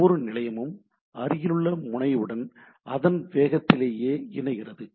ஒவ்வொரு நிலையமும் அருகில் உள்ள முனையுடன் அதன் வேகத்திலேயே இணைகிறது